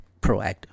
proactive